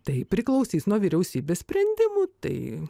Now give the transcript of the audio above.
tai priklausys nuo vyriausybės sprendimų tai